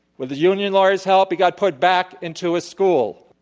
with the union lawyers' help, he got put back into school